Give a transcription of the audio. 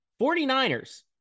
49ers